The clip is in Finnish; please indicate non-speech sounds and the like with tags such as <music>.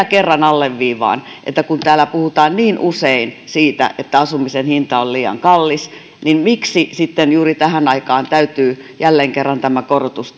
<unintelligible> kerran alleviivaan kun täällä puhutaan niin usein siitä että asumisen hinta on liian kallis niin miksi sitten juuri tähän aikaan täytyy jälleen kerran tämä korotus <unintelligible>